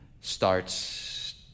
starts